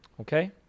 Okay